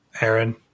Aaron